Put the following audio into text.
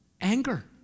Anger